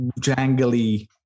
jangly